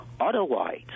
Otherwise